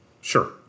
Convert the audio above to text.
Sure